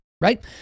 right